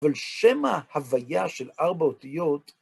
ועל שם ההוויה של ארבע אותיות...